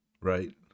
right